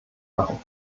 machen